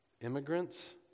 immigrants